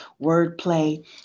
wordplay